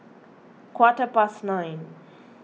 quarter past nine